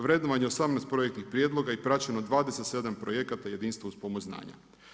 Vrednovanje 18 projektnih prijedloga i praćeno 27 projekata jedinstvo uz pomoć znanja.